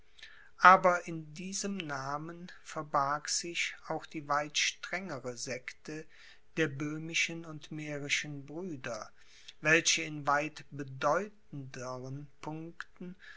aber in diesem namen verbarg sich auch die weit strengere sekte der böhmischen und mährischen brüder welche in weit bedeutendern punkten